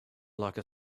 like